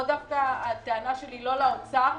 פה דווקא הטענה שלי לא לאוצר,